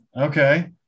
Okay